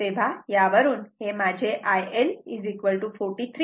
तेव्हा यावरून हे माझे IL 43